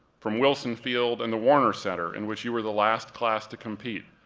from wilson field and the warner center, in which you were the last class to compete,